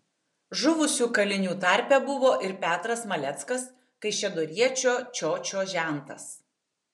žuvusių kalinių tarpe buvo ir petras maleckas kaišiadoriečio čiočio žentas